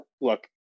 look